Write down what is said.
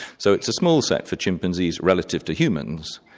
so it is a small set for chimpanzees relative to humans,